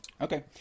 Okay